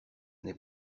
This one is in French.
n’est